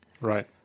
Right